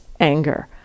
anger